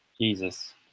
Jesus